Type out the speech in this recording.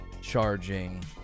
charging